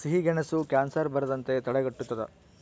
ಸಿಹಿಗೆಣಸು ಕ್ಯಾನ್ಸರ್ ಬರದಂತೆ ತಡೆಗಟ್ಟುತದ